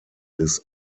des